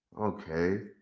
okay